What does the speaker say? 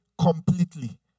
completely